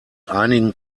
einigen